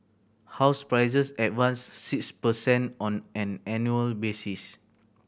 house prices advanced six per cent on an annual basis